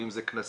אם זה כנסים,